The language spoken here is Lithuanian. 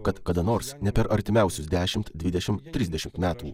kad kada nors ne per artimiausius dešimt dvidešim trisdešimt metų